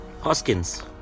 Hoskins